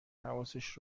حواسش